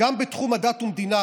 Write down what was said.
גם בתחום דת ומדינה